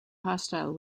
hostile